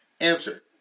Answer